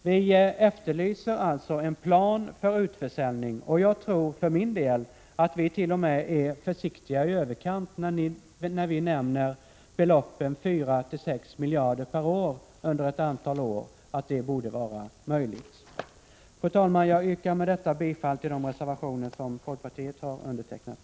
Vi efterlyser alltså en plan för utförsäljning, och jag tror för min del att vi är t.o.m. försiktiga i överkant när vi nämner att det bör vara möjligt att sälja för 4—6 miljarder per år under ett antal år. Fru talman! Jag yrkar med detta bifall till de reservationer som utskottets folkpartiledamöter har undertecknat.